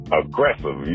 aggressive